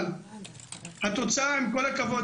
עם כל הכבוד,